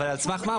אבל על סמך מה?